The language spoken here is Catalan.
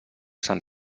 sant